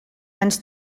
ens